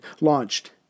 launched